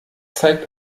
zeigt